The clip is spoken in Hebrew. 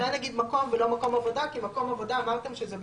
אז רק נגיד "מקום" ולא "מקום עבודה",